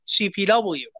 CPW